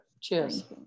Cheers